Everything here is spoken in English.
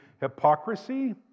hypocrisy